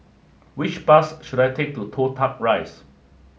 which bus should I take to Toh Tuck Rise